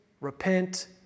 repent